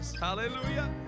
Hallelujah